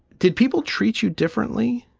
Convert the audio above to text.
did people treat you differently?